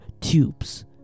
tubes